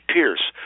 Pierce